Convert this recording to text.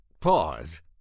pause